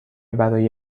برای